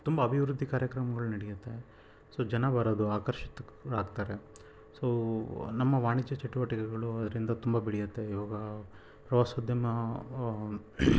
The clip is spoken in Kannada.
ತುಂಬ ಅಭಿವೃದ್ದಿ ಕಾರ್ಯಕ್ರಮಗಳು ನಡೆಯತ್ತೆ ಸೊ ಜನ ಬರೋದು ಆಕರ್ಷಿತರಾಗ್ತಾರೆ ಸೊ ನಮ್ಮ ವಾಣಿಜ್ಯ ಚಟುವಟಿಕೆಗಳು ಅದರಿಂದ ತುಂಬ ಬೆಳೆಯುತ್ತೆ ಇವಾಗ ಪ್ರವಾಸೋದ್ಯಮ